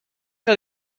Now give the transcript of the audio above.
que